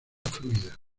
fluida